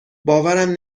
باورم